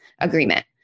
agreement